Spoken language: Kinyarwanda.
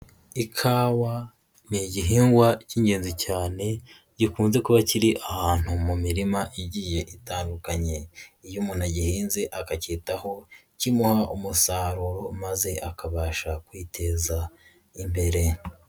Ikawa ni igihingwa k'ingenzi cyane gikunze kuba kiri ahantu mu mirima igiye itandukanye. Iyo umuntu agihinze akakitaho, kimuha umusaruro maze akabasha kwiteza imbere.